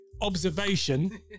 observation